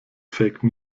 fake